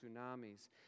tsunamis